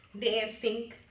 dancing